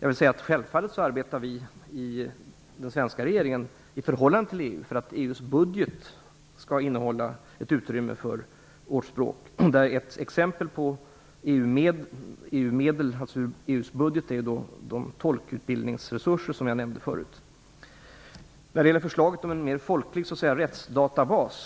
svenska regeringen arbetar självfallet för att EU:s budget skall innehålla ett utrymme för vårt språk. Ett exempel på medel ur EU:s budget är de tolkutbildningsresurser som jag nämnde förut. Sedan gällde det förslaget om en mer folklig rättsdatabas.